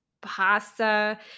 pasta